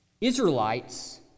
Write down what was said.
Israelites